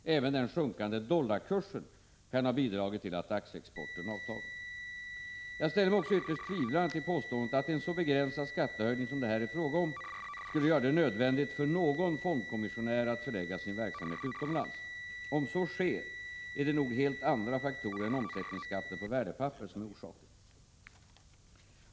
Även den sjunkande dollarkursen kan ha bidragit till att aktieexporten avtagit. Jag ställer mig också ytterst tvivlande till påståendet att en så begränsad skattehöjning som det här är fråga om skulle göra det nödvändigt för någon fondkommissionär att förlägga sin verksamhet utomlands. Om så sker är det nog helt andra faktorer än omsättningsskatten på värdepapper som är orsaken.